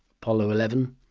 apollo eleven,